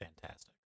fantastic